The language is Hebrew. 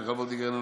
מיכאל וולדיגר,